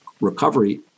recovery